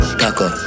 taco